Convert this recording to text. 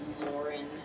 Lauren